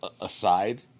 aside